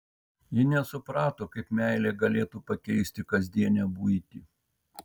ji nesuprato kaip meilė galėtų pakeisti kasdienę buitį